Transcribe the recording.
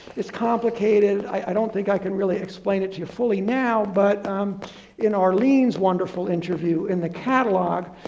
it's complicated. i don't think i can really explain it to you fully now. but in arlene's wonderful interview in the catalog,